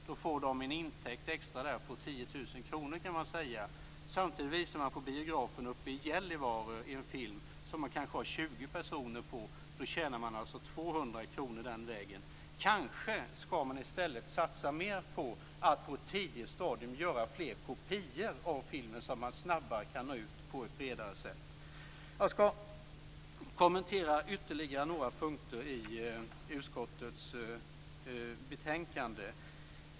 Då får de en extra intäkt på 10 000 kronor kan man säga. Samtidigt visar man på biografen uppe i Gällivare en film som man har kanske 20 personer på. Då tjänar man alltså 200 kronor den vägen. Kanske skall vi i stället satsa mer på att på ett tidigt stadium göra fler kopior av filmen så att den snabbare kan nå ut på ett bredare sätt. Jag skall kommentera ytterligare några punkter i utskottets betänkande.